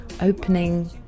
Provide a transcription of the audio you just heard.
opening